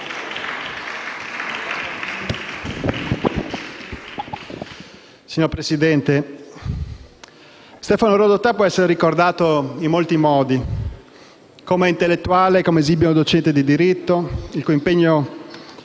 Signor Presidente, Stefano Rodotà può essere ricordato in molti modi: come intellettuale, come esimio docente di diritto, il cui impegno